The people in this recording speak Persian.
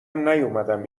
نیومدم